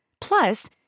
Plus